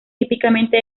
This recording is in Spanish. típicamente